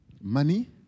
Money